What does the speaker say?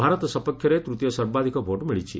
ଭାରତ ସପକ୍ଷରେ ତୃତୀୟ ସର୍ବାଧିକ ଭୋଟ ମିଳିଛି